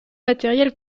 matériels